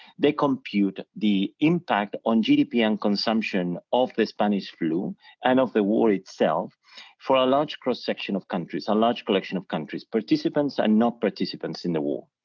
they compute the impact on gdp and consumption of the spanish flu and of the war itself for a large cross-section of countries, a large collection of countries, participants and non-participants in the war.